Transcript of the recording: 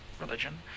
religion